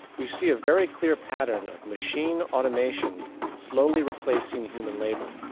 we see a very clear pattern of machine automation slowly replacing human labour.